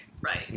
Right